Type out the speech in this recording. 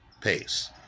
pace